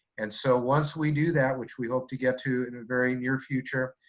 and so, once we do that, which we hope to get to in a very near future,